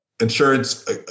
insurance